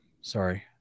sorry